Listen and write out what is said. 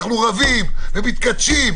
אנחנו רבים ומתכתשים,